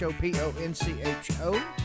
P-O-N-C-H-O